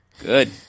Good